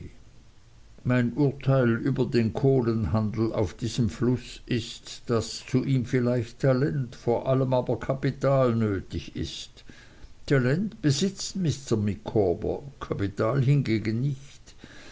mein urteil über den kohlenhandel auf diesem fluß ist daß zu ihm vielleicht talent vor allem aber kapital nötig ist talent besitzt mr micawber kapital hingegen nicht